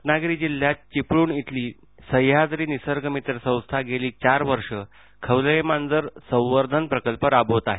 रत्नागिरी जिल्ह्यात चिपळूण इथली सह्याद्री निसर्गमित्र संस्था गेली चार वर्ष खवलेमांजर संवर्धन प्रकल्प राबवत आहे